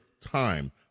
time